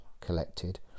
collected